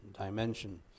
dimension